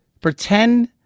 pretend